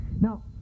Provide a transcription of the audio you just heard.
Now